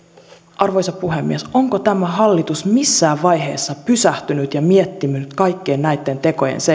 arvoisa puhemies onko tämä hallitus missään vaiheessa pysähtynyt ja miettinyt kaikkien näitten tekojen